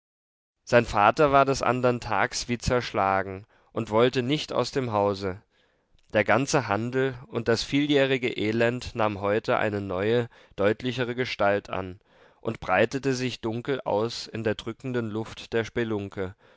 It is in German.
sein vater war des andern tags wie zerschlagen und wollte nicht aus dem hause der ganze handel und das vieljährige elend nahm heute eine neue deutlichere gestalt an und breitete sich dunkel aus in der drückenden luft der spelunke